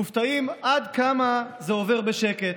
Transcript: מופתעים עד כמה זה עובר בשקט.